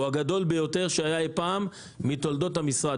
הגדול ביותר שהיה אי פעם בתולדות המשרד.